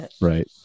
Right